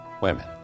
women